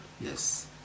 Yes